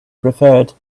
preferred